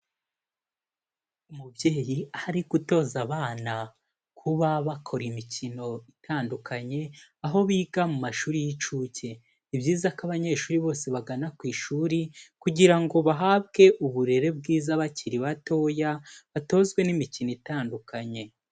Umubyeyi aho ari gutoza abana kuba bakora imikino itandukanye, aho biga mu mashuri y'inshuke, ni byiza ko abanyeshuri bose bagana ku ishuri kugira ngo bahabwe uburere bwiza bakiri batoya batozwe n'imikino itandukanye.